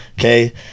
okay